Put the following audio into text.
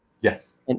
Yes